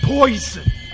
Poison